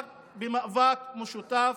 ברשותך, רק במאבק משותף